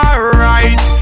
Alright